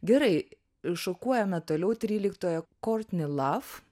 gerai šokuojame toliau tryliktoje kortni lav